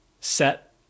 set